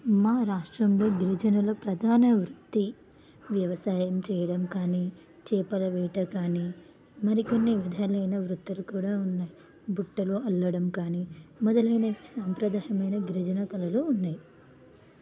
మా రాష్ట్రంలో గిరిజనుల ప్రధాన వృత్తి వ్యవసాయం చేయడం కానీ చేపల వేట కానీ మరికొన్ని విధాలైన వృత్తులు కూడా ఉన్నాయి బుట్టలు అల్లడం కానీ మొదలైన సాంప్రదాయకమైన గిరిజన కళలు ఉన్నాయి